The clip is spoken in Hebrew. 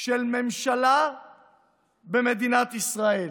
של ממשלה במדינת ישראל.